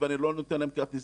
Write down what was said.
ואני לא נותן להם כרטיסים,